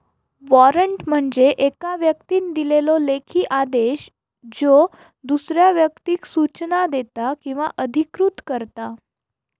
warrant म्हणजे येका व्यक्तीन दिलेलो लेखी आदेश ज्यो दुसऱ्या व्यक्तीक सूचना देता किंवा अधिकृत करता